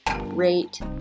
rate